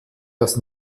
das